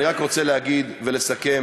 אני רק רוצה להגיד ולסכם